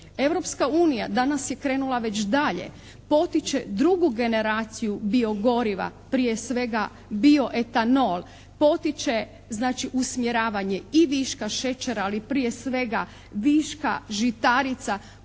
Europska unija danas je krenula već dalje, potiče drugu generaciju bio-goriva, prije svega bio-etanol. Potiče znači usmjeravanje i viška šećera, ali prije svega viška žitarica